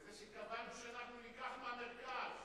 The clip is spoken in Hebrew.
אלא בזה שקבענו שניקח מהמרכז,